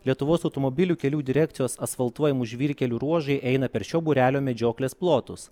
lietuvos automobilių kelių direkcijos asfaltuojamų žvyrkelių ruožai eina per šio būrelio medžioklės plotus